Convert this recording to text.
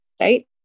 right